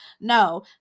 no